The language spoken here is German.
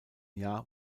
jahr